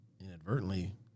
inadvertently